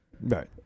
Right